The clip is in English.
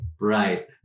Right